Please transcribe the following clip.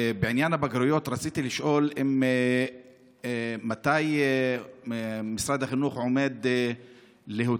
בעניין הבגרויות רציתי לשאול מתי משרד החינוך עומד להוציא